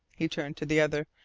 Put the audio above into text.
he turned to the other,